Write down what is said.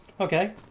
okay